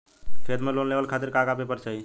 खेत पर लोन लेवल खातिर का का पेपर चाही?